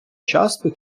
часто